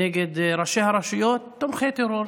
נגד ראשי הרשויות: תומכי טרור.